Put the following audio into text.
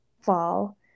fall